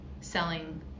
selling